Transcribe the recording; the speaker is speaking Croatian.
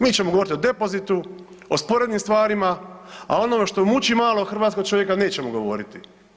Mi ćemo govorit o depozitu, o sporednim stvarima, a o onome što muči malog hrvatskog čovjeka nećemo govoriti.